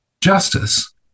justice